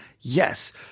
Yes